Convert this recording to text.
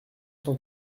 cent